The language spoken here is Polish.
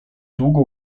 długo